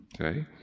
Okay